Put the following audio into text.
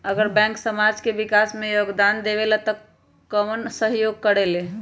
अगर बैंक समाज के विकास मे योगदान देबले त कबन सहयोग करल?